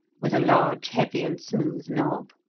with a large, heavy, and smooth knob.